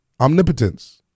Omnipotence